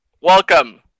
Welcome